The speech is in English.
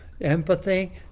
Empathy